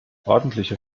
ordentliche